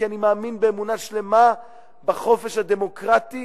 כי אני מאמין באמונה שלמה בחופש הדמוקרטי